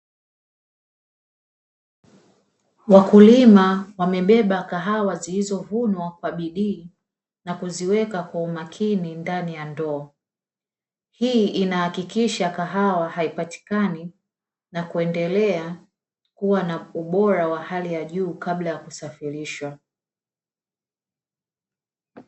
Wakulima wamebeba kahawa zilizovunwa kwa bidii na kuziweka kwa umakini ndani ya ndoo, hii inahakikisha kahawa haipatikani na kuendelea kuwa na ubora wa hali ya juu kabla ya kusafirishwa.